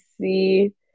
see